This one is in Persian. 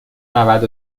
نود